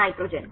nitrogen